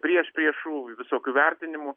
priešpriešų visokių vertinimų